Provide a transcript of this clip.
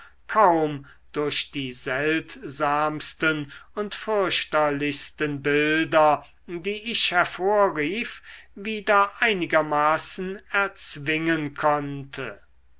kaum durch die seltsamsten und fürchterlichsten bilder die ich hervorrief wieder einigermaßen erzwingen konnte